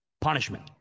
punishment